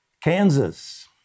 Kansas